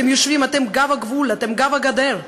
אתם יושבים, אתם גב הגבול, אתם גב הגדר.